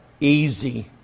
easy